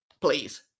please